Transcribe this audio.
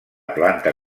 planta